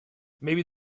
maybe